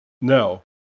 No